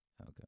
Okay